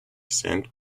sent